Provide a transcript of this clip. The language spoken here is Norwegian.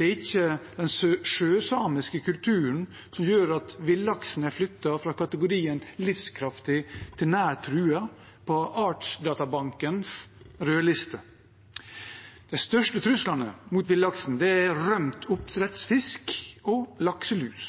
Det er ikke den sjøsamiske kulturen som gjør at villaksen er flyttet fra kategorien livskraftig til nær truet på Artsdatabankens rødliste. De største truslene mot villaksen er rømt oppdrettsfisk og lakselus.